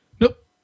Nope